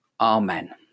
Amen